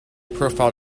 profile